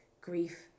grief